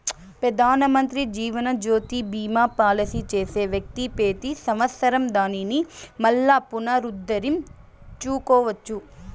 పెదానమంత్రి జీవనజ్యోతి బీమా పాలసీ చేసే వ్యక్తి పెతి సంవత్సరం దానిని మల్లా పునరుద్దరించుకోవచ్చు